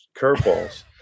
curveballs